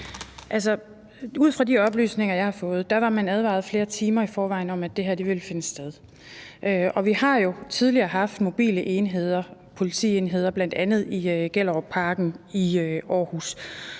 ud fra de oplysninger, jeg har fået, var man advaret flere timer i forvejen om, at det her ville finde sted. Og vi har jo tidligere haft mobile enheder, bl.a. politienheder i Gellerupparken i Aarhus.